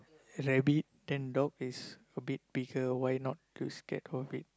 rabbit then dog is a bit bigger why not you scared of it